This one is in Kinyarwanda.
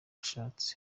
ushatse